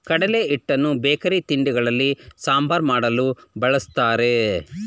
ಕಡಲೆ ಹಿಟ್ಟನ್ನು ಬೇಕರಿ ತಿಂಡಿಗಳಲ್ಲಿ, ಸಾಂಬಾರ್ ಮಾಡಲು, ಬಳ್ಸತ್ತರೆ